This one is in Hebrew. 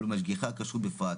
למשגיחי הכשרות בפרט.